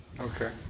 Okay